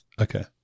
Okay